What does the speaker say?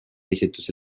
esituse